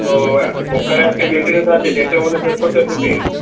তো কোক্কারে আজকে মেইনটেনেন্স আছে দেড়টার মধ্যে শেষ করতে হবে পুসিং